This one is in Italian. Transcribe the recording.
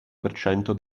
percento